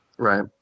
Right